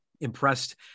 impressed